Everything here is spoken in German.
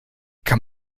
kann